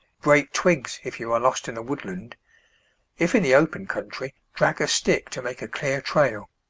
break twigs if you are lost in a woodland if in the open country, drag a stick to make a clear trail.